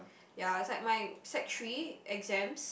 ya is like my sec-three exams